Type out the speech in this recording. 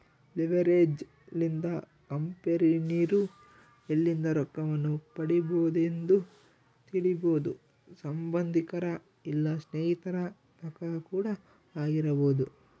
leverage ಲಿಂದ ಕಂಪೆನಿರೊ ಎಲ್ಲಿಂದ ರೊಕ್ಕವನ್ನು ಪಡಿಬೊದೆಂದು ತಿಳಿಬೊದು ಸಂಬಂದಿಕರ ಇಲ್ಲ ಸ್ನೇಹಿತರ ತಕ ಕೂಡ ಆಗಿರಬೊದು